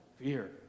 Fear